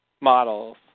models